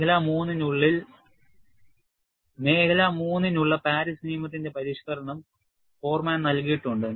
മേഖല 3 നുള്ള പാരീസ് നിയമത്തിന്റെ പരിഷ്ക്കരണം ഫോർമാൻ നൽകിയിട്ടുണ്ട്